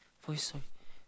for his